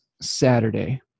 Saturday